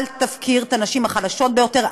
אל תפקיר את הנשים החלשות ביותר,